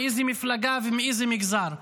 מאיזה מפלגה ומאיזה מגזר.